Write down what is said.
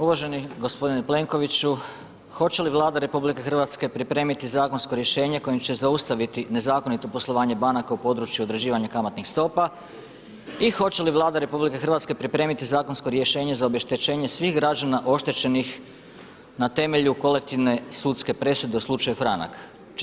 Uvaženi gospodine Plenkoviću, hoće li Vlada RH, pripremiti zakonsko rješenje kojim će zaustaviti nezakonito poslovanje banka u području određivanja kamatnih stopa i hoće li Vlada RH pripremiti zakonsko rješenje za obeštećenje svih građana oštećenih na temelju kolektivne sudske presude u slučaju franak.